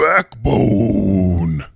Backbone